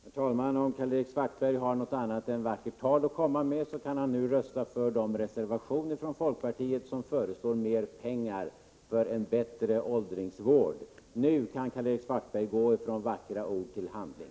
Herr talman! Om Karl-Erik Svartberg har något annat än vackert tal att komma med kan han nu rösta för de reservationer från folkpartiet där vi föreslår mera pengar för en bättre åldringsvård. Nu kan Karl-Erik Svartberg gå från vackra ord till handling.